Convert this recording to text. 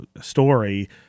story